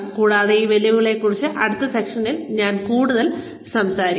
കൂടാതെ ഈ വെല്ലുവിളികളെക്കുറിച്ച് അടുത്ത സെഷനിൽ ഞാൻ കൂടുതൽ സംസാരിക്കും